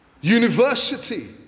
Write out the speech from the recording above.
university